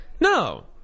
no